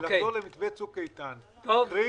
ולחזור למתווה צוק איתן, קרי